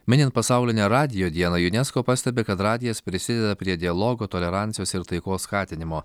minint pasaulinę radijo dieną junesko pastebi kad radijas prisideda prie dialogo tolerancijos ir taikos skatinimo